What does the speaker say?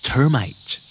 Termite